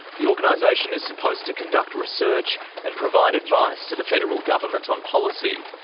the organisation is supposed to conduct research and provide advice to the federal government on policy.